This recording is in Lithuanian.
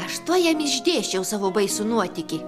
aš tuo jam išdėsčiau savo baisų nuotykį